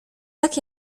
tak